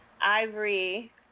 Ivory